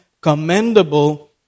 commendable